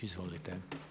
Izvolite.